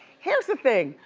here's the thing,